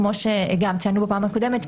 כמו שגם ציינו בפעם הקודמת,